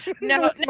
No